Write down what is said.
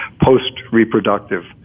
post-reproductive